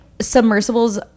submersibles